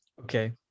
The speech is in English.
Okay